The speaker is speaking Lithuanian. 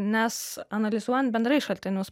nes analizuojant bendrai šaltinius